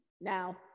Now